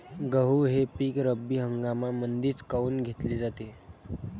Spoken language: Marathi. गहू हे पिक रब्बी हंगामामंदीच काऊन घेतले जाते?